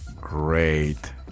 Great